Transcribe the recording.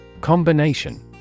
Combination